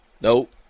Nope